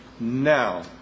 Now